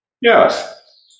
Yes